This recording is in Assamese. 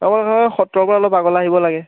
সত্ৰৰ পৰা অলপ আগলৈ আহিব লাগে